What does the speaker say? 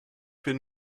für